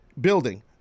building